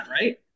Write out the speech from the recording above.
right